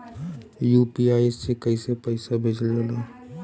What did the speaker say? UPI से कइसे पैसा भेजल जाला?